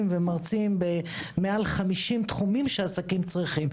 ומרצים במעל 50 תחומים שעסקים צריכים.